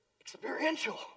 experiential